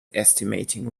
estimating